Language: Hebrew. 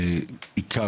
הסניפים.